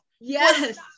yes